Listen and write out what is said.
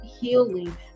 healing